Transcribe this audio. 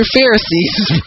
Pharisees